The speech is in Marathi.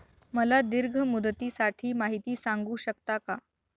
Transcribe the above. मला दीर्घ मुदतीसाठी माहिती सांगू शकता का?